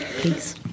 please